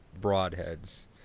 broadheads